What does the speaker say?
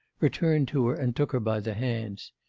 returned to her and took her by the hands.